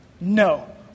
No